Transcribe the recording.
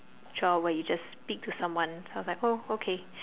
trial where you just speak to someone I was like oh okay